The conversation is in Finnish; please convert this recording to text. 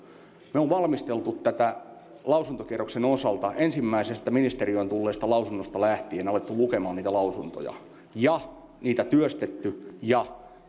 me olemme valmistelleet tätä lausuntokierroksen osalta ensimmäisestä ministeriöön tulleesta lausunnosta lähtien alkaneet lukemaan niitä lausuntoja ja niitä työstäneet ja